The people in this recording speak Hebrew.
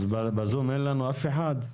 אז בזום אין לנו אף אחד?